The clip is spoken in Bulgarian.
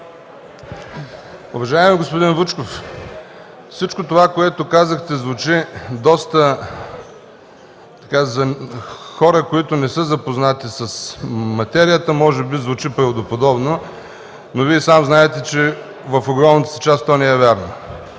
Уважаеми господин Вучков, всичко това, което казахте, за хора, които не са запознати с материята, може би звучи правдоподобно, но Вие сам знаете, че в огромната си част то не е вярно.